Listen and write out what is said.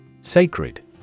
Sacred